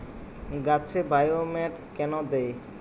গাছে বায়োমেট কেন দেয়?